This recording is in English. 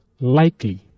likely